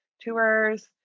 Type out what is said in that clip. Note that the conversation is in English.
tours